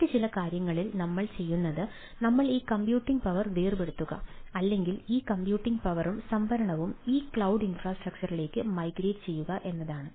മറ്റ് ചില സാഹചര്യങ്ങളിൽ നമ്മൾ ചെയ്യുന്നത് നമ്മൾ ഈ കമ്പ്യൂട്ടിംഗ് പവർ വേർപെടുത്തുക അല്ലെങ്കിൽ ഈ കമ്പ്യൂട്ടിംഗ് പവറും സംഭരണവും ഈ ക്ലൌഡ് ഇൻഫ്രാസ്ട്രക്ചറിലേക്ക് മൈഗ്രേറ്റ് ചെയ്യുക എന്നതാണ്